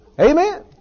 Amen